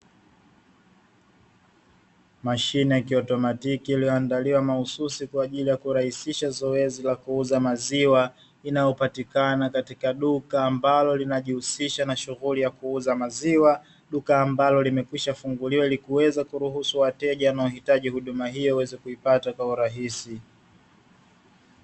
Mashine ya kiautomatiki iliyoandaliwa mahususi kwa ajili ya kurahisisha zoezi la kuuza maziwa, inayopatikana katika duka ambalo linalojihusisha na shughuli ya kuuza maziwa, duka ambalo limekwishafunguliwa likiweza kuruhusu wateja wanaohitaji huduma hiyo waweze kuipata kwa urahisi.